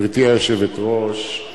גברתי היושבת-ראש,